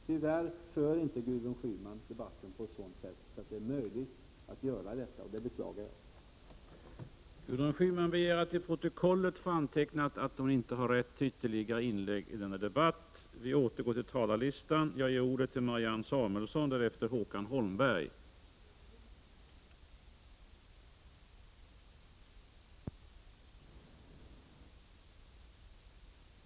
Tyvärr för inte Gudrun Schyman debatten på ett sådant sätt att det är möjligt att göra detta, och det beklagar jag.